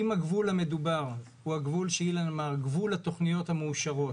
אם הגבול המדובר הוא גבול התכניות המאושרות,